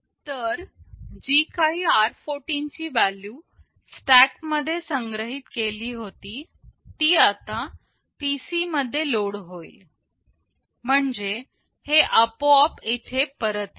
तर जी काही r14 ची व्हॅल्यू स्टॅक मध्ये संग्रहित केली होती ती आता PC मध्ये लोड होईल म्हणजे हे आपोआप इथे परत येईल